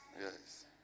Yes